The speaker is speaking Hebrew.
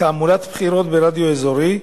תעמולת בחירות ברדיו אזורי,